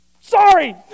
Sorry